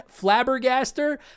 Flabbergaster